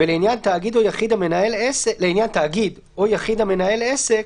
ולעניין תאגיד או יחיד המנהל עסק,